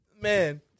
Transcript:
Man